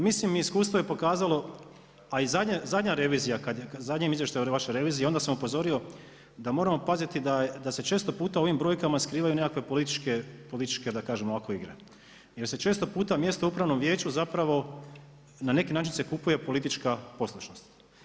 Mislim iskustvo je pokazalo, a i zadnja revizija, u zadnjem izvješću o vašoj reviziji onda sam upozorio da moramo paziti da se često puta u ovim brojkama skrivaju nekakve političke igre, jer se često puta mjesto u upravnom vijeću zapravo na neki način se kupuje politička poslušnost.